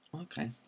Okay